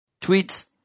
tweets